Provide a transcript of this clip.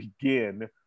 begin